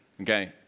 okay